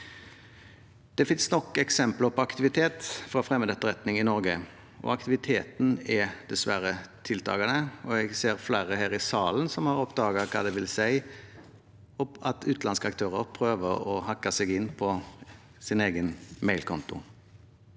Det finnes nok eksempler på aktivitet fra fremmed etterretning i Norge, og aktiviteten er dessverre tiltakende. Jeg ser flere her i salen som har oppdaget hva det vil si at utenlandske aktører prøver å hacke seg inn på deres egen mailkonto